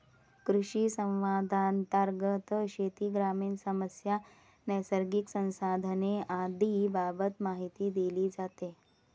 कृषिसंवादांतर्गत शेती, ग्रामीण समस्या, नैसर्गिक संसाधने आदींबाबत माहिती दिली जाते